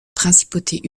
principauté